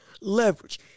leverage